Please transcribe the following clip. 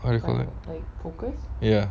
what do you call that ya